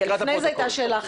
לפני זה הייתה שאלה אחרת,